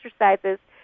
exercises